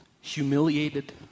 humiliated